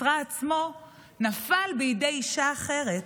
וסיסרא עצמו נפל בידי אישה אחרת,